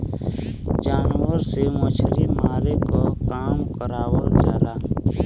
जानवर से मछरी मारे के काम करावल जाला